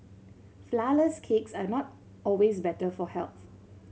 flourless cakes are not always better for health